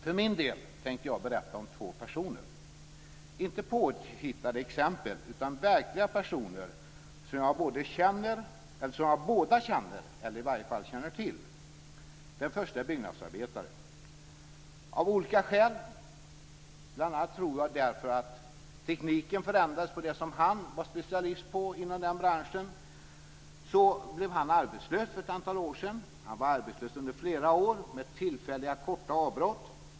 För min del tänkte jag berätta om två personer - inte påhittade exempel utan verkliga personer som jag båda känner eller i varje fall känner till. Den förste är byggnadsarbetare. Av olika skäl, bl.a. därför att tekniken förändrades på det som han var specialist på inom den branschen, blev han arbetslös för ett antal år sedan. Han var det under flera år, med tillfälliga, korta avbrott.